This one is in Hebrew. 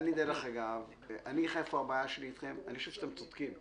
אדוני היועץ, אני חושב שאתם צודקים.